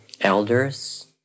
elders